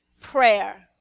prayer